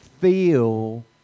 feel